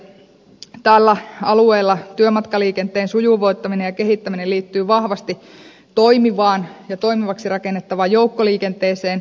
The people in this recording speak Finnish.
tällä alueella työmatkaliikenteen sujuvoittaminen ja kehittäminen liittyvät vahvasti toimivaan ja toimivaksi rakennettavaan joukkoliikenteeseen